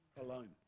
alone